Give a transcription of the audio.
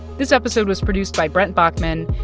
this episode was produced by brent baughman,